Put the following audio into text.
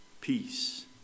peace